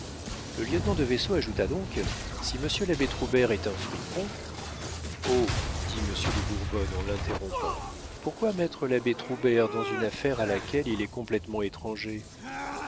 le lieutenant de vaisseau ajouta donc si monsieur l'abbé troubert est un fripon oh dit monsieur de bourbonne en l'interrompant pourquoi mettre l'abbé troubert dans une affaire à laquelle il est complétement étranger